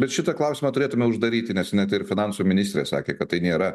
bet šitą klausimą turėtume uždaryti nes net ir finansų ministrė sakė kad tai nėra